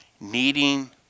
needing